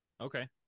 Okay